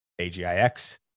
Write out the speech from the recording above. agix